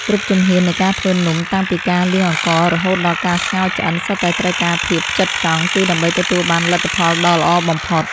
គ្រប់ជំហាននៃការធ្វើនំតាំងពីការលាងអង្កររហូតដល់ការស្ងោរឆ្អិនសុទ្ធតែត្រូវការភាពផ្ចិតផ្ចង់ គឺ ដើម្បីទទួលបានលទ្ធផលដ៏ល្អបំផុត។